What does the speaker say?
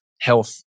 health